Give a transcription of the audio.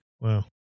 wow